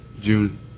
June